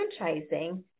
franchising